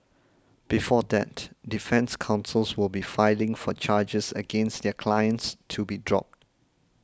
before that defence counsels will be filing for charges against their clients to be dropped